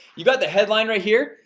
you've got the headline right here,